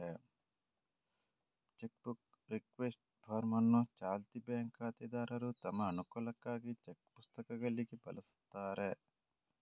check book request form ಅನ್ನು ಚಾಲ್ತಿ bank ಖಾತೆದಾರರು ತಮ್ಮ ಅನುಕೂಲಕ್ಕಾಗಿ ಚೆಕ್ ಪುಸ್ತಕಗಳಿಗಾಗಿ ಬಳಸ್ತಾರೆ